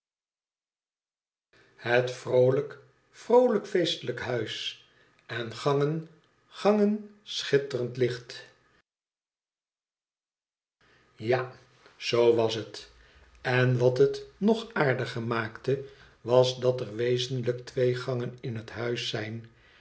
het vroolijk yroolijk feestelijk huis en gangen gangen schitterend licht tja zoo was het en wat het nog aardiger maakte was dat er wezenlijk twee gangen in het huis zijn